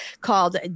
called